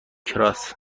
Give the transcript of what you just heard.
کراس